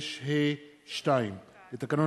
ולהעביר את הצעת חוק העונשין (תיקון, תקיפת עובד